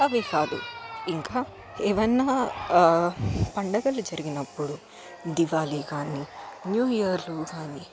అవే కాదు ఇంకా ఏవైనా పండగలు జరిగినప్పుడు దీపావళి కానీ న్యూయిర్లు కానీ